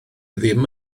ddim